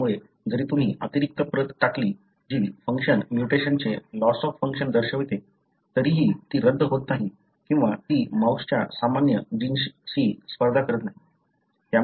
त्यामुळे जरी तुम्ही अतिरिक्त प्रत टाकली जी फंक्शन म्युटेशनचे लॉस ऑफ फंक्शन दर्शवते तरीही ती रद्द होत नाही किंवा ती माऊसच्या सामान्य जिनशी स्पर्धा करत नाही